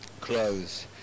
clothes